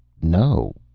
no,